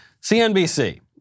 CNBC